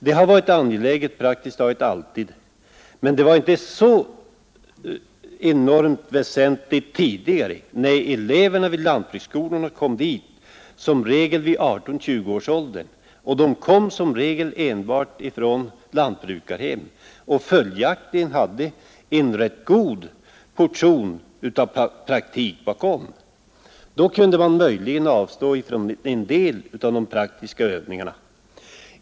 Det har praktiskt taget alltid varit angeläget, men det var inte så enormt väsentligt tidigare när eleverna kom till lantbruksskolorna vid 18—20 års ålder och som regel enbart från lantbrukarhem och följaktligen hade en rätt god portion praktik bakom sig. Då kunde man möjligen avstå från en del av de praktiska övningarna.